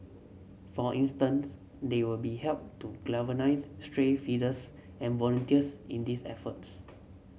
for instance they will be help to galvanise stray feeders and volunteers in these efforts